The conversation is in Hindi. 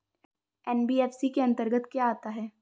एन.बी.एफ.सी के अंतर्गत क्या आता है?